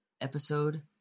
episode